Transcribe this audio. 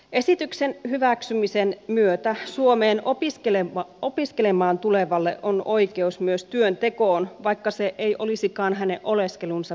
esityksen hyväksymisen myötä suomeen opiskelemaan tulevalla on oikeus myös työntekoon vaikka se ei olisikaan hänen oleskelunsa päätarkoitus